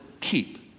keep